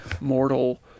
mortal